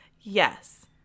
Yes